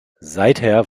seither